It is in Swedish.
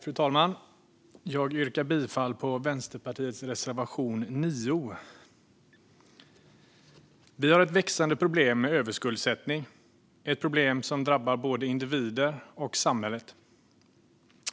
Fru talman! Jag yrkar bifall till Vänsterpartiets reservation 9. Vi har ett växande problem med överskuldsättning. Det är ett problem som drabbar både individer och samhället.